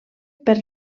per